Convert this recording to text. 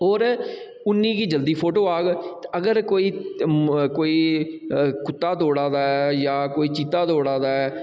होर उन्नी गै जल्दी फोटो आह्ग ते अगर कोई म कोई कुत्ता दौड़ा दा ऐ जां कोई चीत्ता दौड़ा दा ऐ